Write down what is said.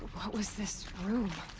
what was this. room?